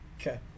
Okay